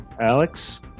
Alex